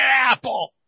apple